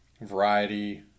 Variety